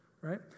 right